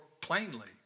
plainly